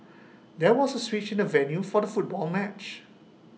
there was A switch in the venue for the football match